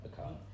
account